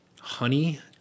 honey